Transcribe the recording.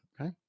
Okay